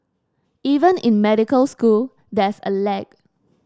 even in medical school there's a lag